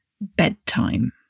bedtime